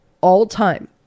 all-time